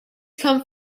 come